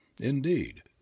indeed